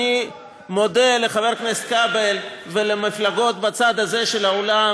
אני מודה לחבר הכנסת כבל ולמפלגות בצד הזה של האולם